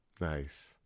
nice